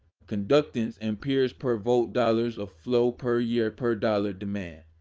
conductance amperes per volt dollars of flow per year per dollar demand.